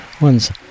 One's